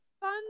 Fun